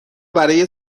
برای